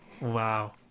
wow